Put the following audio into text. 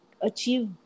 achieve